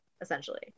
essentially